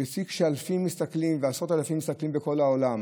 ובשיא, כשאלפים ועשרות אלפים מסתכלים בכל העולם,